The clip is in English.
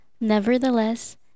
Nevertheless